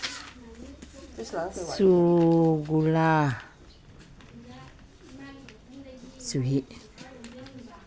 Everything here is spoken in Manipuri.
ꯆꯨ ꯒꯨꯂꯥ ꯆꯨꯍꯤ